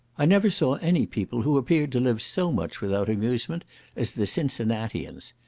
i never saw any people who appeared to live so much without amusement as the cincinnatians.